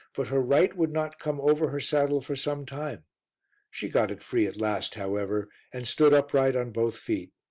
but her right would not come over her saddle for some time she got it free at last, however, and stood upright on both feet.